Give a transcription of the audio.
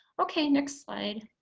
okay next slide.